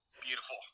beautiful